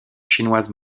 chinoise